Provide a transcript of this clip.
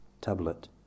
tablet